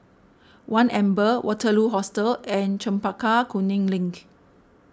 one Amber Waterloo Hostel and Chempaka Kuning Link